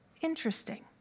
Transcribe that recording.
Interesting